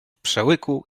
przełyku